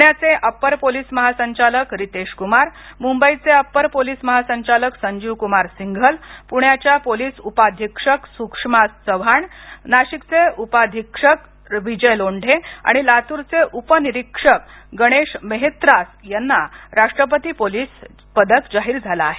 पुण्याचे अपर पोलीस महासंचालक रितेश कुमार मुंबईचे अपर पोलीस महासंचालक संजीव कुमार सिंघल पुण्याच्या पोलीस उपअधीक्षक सुषमा चव्हाण नाशिकचे उपअधीक्षक विजय लोंढे आणि लातूरचे उपनिरीक्षक गणेश मेहत्रास यांना राष्ट्रपती पोलीस पदक जाहीर झालं आहे